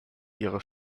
ihre